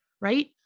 Right